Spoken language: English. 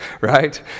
right